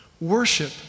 Worship